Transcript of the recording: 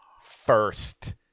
first